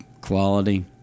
quality